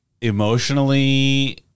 emotionally